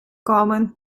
komen